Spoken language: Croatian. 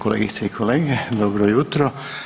kolegice i kolege, dobro jutro.